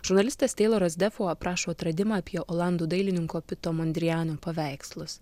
žurnalistas teiloras defu aprašo atradimą apie olandų dailininko pito mondriano paveikslus